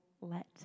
let